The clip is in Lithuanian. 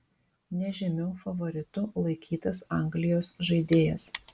nežymiu favoritu laikytas anglijos žaidėjas